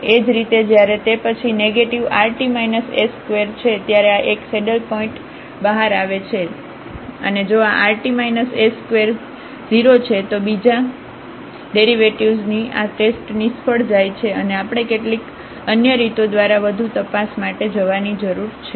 એ જ રીતે જ્યારે તે પછી નેગેટીવ rt s2 છે ત્યારે આ એક સેડલ પોઇન્ટ બહાર આવે છે અને જો આ rt s20 છે તો બીજા ડેરિવેટિવ્ઝની આ ટેસ્ટ નિષ્ફળ જાય છે અને આપણે કેટલીક અન્ય રીતો દ્વારા વધુ તપાસ માટે જવાની જરૂર છે